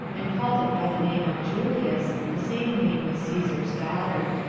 and called it by the name of julias, the same name with caesar's daughter.